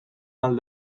ahal